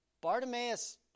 Bartimaeus